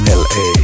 la